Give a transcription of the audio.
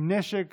עם נשק